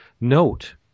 note